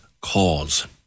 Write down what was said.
Cause